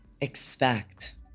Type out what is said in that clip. expect